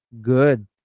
good